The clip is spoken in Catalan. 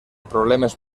problemes